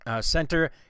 center